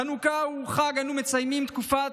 חנוכה הוא החג שבו אנו מציינים, בתקופה